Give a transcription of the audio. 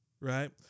Right